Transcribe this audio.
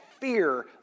fear